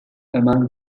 among